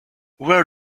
where